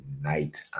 night